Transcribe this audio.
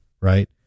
right